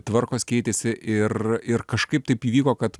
tvarkos keitėsi ir ir kažkaip taip įvyko kad